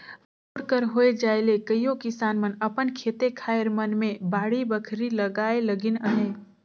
bore कर होए जाए ले कइयो किसान मन अपन खेते खाएर मन मे बाड़ी बखरी लगाए लगिन अहे